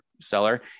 seller